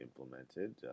implemented